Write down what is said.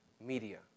media